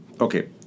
Okay